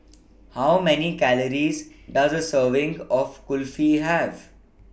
How Many Calories Does A Serving of Kulfi Have